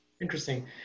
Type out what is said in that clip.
Interesting